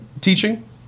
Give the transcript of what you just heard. teaching